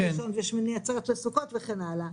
ראשון ושמיני עצרת לסוכות וכן הלאה,